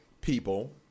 people